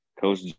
Coach